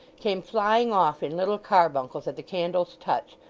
came flying off in little carbuncles at the candle's touch,